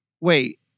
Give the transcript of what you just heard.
Wait